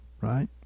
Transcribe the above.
right